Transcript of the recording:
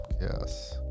yes